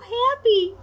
happy